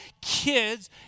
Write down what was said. kids